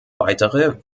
weitere